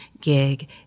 gig